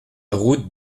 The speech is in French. route